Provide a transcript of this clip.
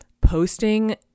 posting